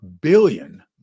billion